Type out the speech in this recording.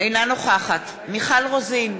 אינה נוכחת מיכל רוזין,